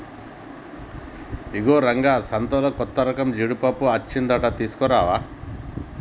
ఇగో రంగా సంతలో కొత్తరకపు జీడిపప్పు అచ్చిందంట తీసుకురావా